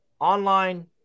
online